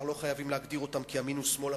לא חייבים להגדיר אותם כימין ושמאל,